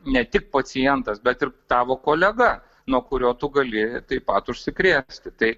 ne tik pacientas bet ir tavo kolega nuo kurio tu gali taip pat užsikrėsti tai